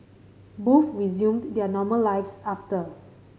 most resumed their normal lives after